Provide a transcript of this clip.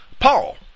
Paul